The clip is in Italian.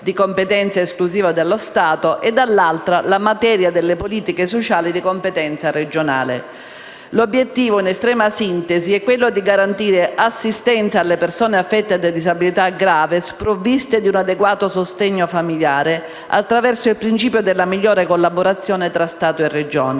di competenza esclusiva dello Stato, e, dall'altra, la materia delle politiche sociali di competenza regionale. L'obiettivo, in estrema sintesi, è quello di garantire assistenza alle persone affette da disabilità grave sprovviste di un adeguato sostegno familiare, attraverso il principio della migliore collaborazione tra Stato e Regioni.